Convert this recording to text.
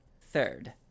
third